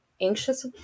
anxious